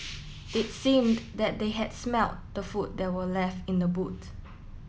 it seemed that they had smelt the food that were left in the boot